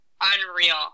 unreal